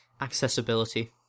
accessibility